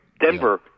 Denver